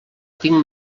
tinc